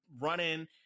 running